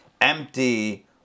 empty